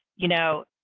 you know.